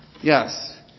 yes